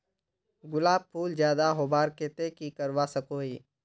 गुलाब फूल ज्यादा होबार केते की करवा सकोहो ही?